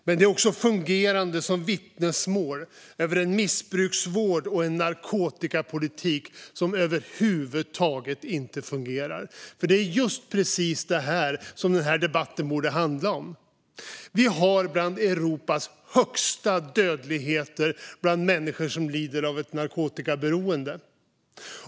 Men det är också fungerande vittnesmål om en missbruksvård och en narkotikapolitik som över huvud taget inte fungerar. Det är just detta som den här debatten borde handla om. I Sverige är dödligheten för människor som lider av narkotikaberoende bland de högsta i Europa.